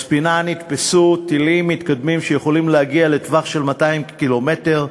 בספינה נתפסו טילים מתקדמים שיכולים להגיע לטווח של 200 ק"מ,